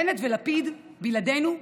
בנט ולפיד, בלעדינו,